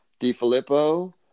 DiFilippo